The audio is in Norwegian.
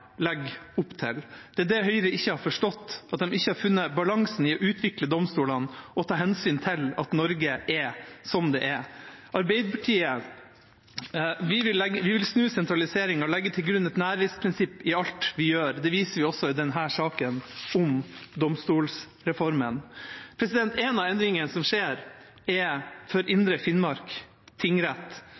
opp til. Det er det Høyre ikke har forstått; de har ikke funnet balansen i å utvikle domstolene og ta hensyn til at Norge er som det er. Arbeiderpartiet vil snu sentraliseringen og legge til grunn et nærhetsprinsipp i alt vi gjør. Det viser vi også i denne saken om domstolsreformen. Én av endringene som skjer, gjelder Indre Finnmark tingrett.